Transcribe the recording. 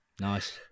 Nice